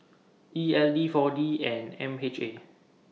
E L D four D and M H A